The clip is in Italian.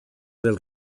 del